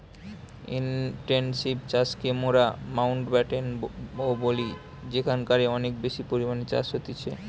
intensive চাষকে মোরা Mountbatten ও বলি যেখানকারে অনেক বেশি পরিমাণে চাষ হতিছে